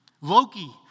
Loki